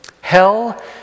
Hell